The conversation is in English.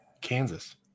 Kansas